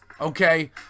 Okay